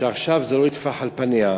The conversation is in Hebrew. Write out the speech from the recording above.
שעכשיו זה לא יטפח על פניה.